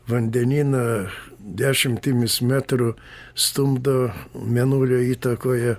vandenyną dešimtimis metrų stumdo mėnulio įtakoje